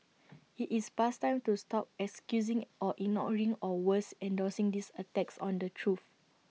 IT is past time to stop excusing or ignoring or worse endorsing these attacks on the truth